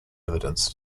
evidence